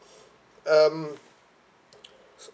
um